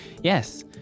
Yes